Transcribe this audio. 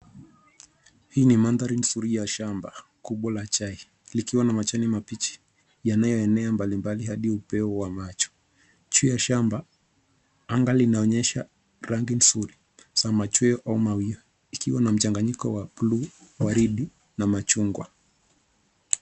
Hii ni mandhari ya shamba kubwa la chai likiwa na majani mabichi yanayoenea mbalimbali hadi upeo wa macho, juu ya shamba anga linaonyesha rangi nzuri za machweo au mawia ikiwa na mchanganyiko wa buluu waridi na machungwa.